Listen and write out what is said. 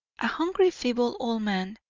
a hungry, feeble old man,